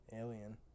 alien